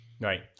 Right